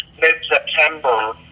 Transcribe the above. mid-September